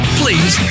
please